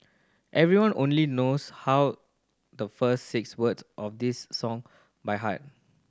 everyone only knows how the first six words of this song by heart